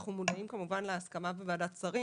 אנחנו מודעים כמובן להסכמה בוועדת שרים